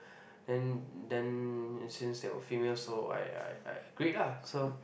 then then it since there were female so I I I agree lah so